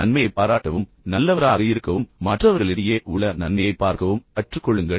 நன்மையைப் பாராட்டவும் நல்லவராக இருக்கவும் மற்றவர்களிடையே உள்ள நன்மையைப் பார்க்கவும் கற்றுக்கொள்ளுங்கள்